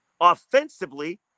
offensively